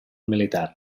militar